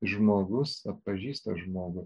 žmogus atpažįsta žmogų